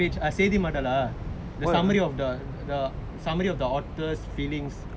page செய்திமடலா: seithimadala summary of the summary the author's feelings